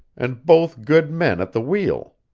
and both good men at the wheel.